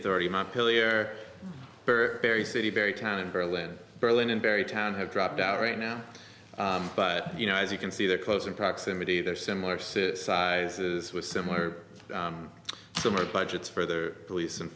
authority my pill you're very city very town in berlin berlin and very town have dropped out right now but you know as you can see they're close in proximity they're similar sit sizes with similar similar budgets for the police and